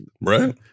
Right